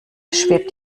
schwebt